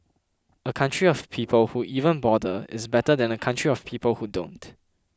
a country of people who even bother is better than a country of people who don't